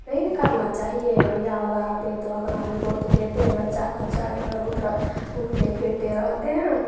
नहीं ना करना चाहिए मीडिया वाला आते तो अपना रिपोर्ट देते बच्चा खुच्चा इधर उधर घुमते फिरते रहते हैं